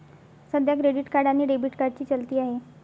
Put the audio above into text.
सध्या credit card आणि debit कार्डची चलती आहे